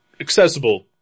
accessible